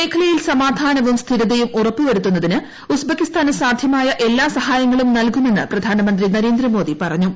മേഖലയിൽ സമാധാനവും സ്ഥിരതയും ഉറപ്പുവരുത്തുന്നതിന് ഉസ്ബക്കിസ്ഥാന് ് സാധ്യമായ എല്ലാ സഹായങ്ങളും നൽകുമെന്ന് പ്രധാനമന്ത്രി നരേന്ദ്രമോദി പറഞ്ഞു